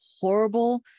horrible